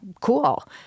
cool